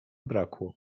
brakło